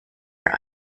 are